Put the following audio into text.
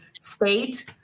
state